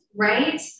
right